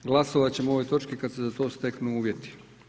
Glasovati ćemo o ovoj točki kada se za to steknu uvjeti.